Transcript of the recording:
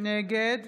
נגד